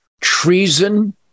treason